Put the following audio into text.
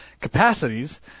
capacities